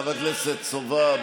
חבר הכנסת סובה,